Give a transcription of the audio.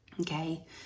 okay